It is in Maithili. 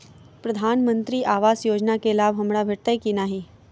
प्रधानमंत्री आवास योजना केँ लाभ हमरा भेटतय की नहि?